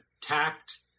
tact